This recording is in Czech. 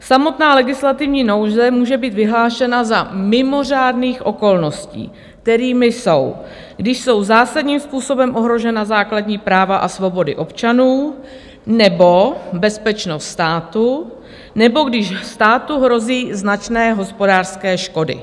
Samotná legislativní nouze může být vyhlášena za mimořádných okolností, kterými jsou, když jsou zásadním způsobem ohrožena základní práva a svobody občanů nebo bezpečnost státu, nebo když státu hrozí značné hospodářské škody.